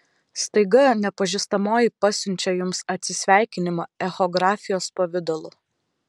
staiga nepažįstamoji pasiunčia jums atsisveikinimą echografijos pavidalu